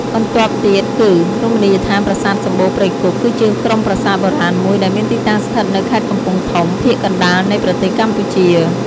បន្ទាប់ទៀតគឺ រមណីយដ្ឋានប្រាសាទសំបូរព្រៃគុក គឺជាក្រុមប្រាសាទបុរាណមួយ ដែលមានទីតាំងស្ថិតនៅខេត្តកំពង់ធំ ភាគកណ្តាលនៃប្រទេសកម្ពុជា។